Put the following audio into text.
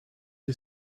you